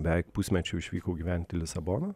beveik pusmečiui išvykau gyvent į lisaboną